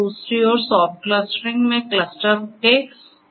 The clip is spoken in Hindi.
दूसरी ओर सॉफ्ट क्लस्टरिंग में क्लस्टर के ओवरलैप हो सकते हैं